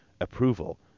approval